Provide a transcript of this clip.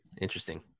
Interesting